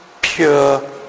pure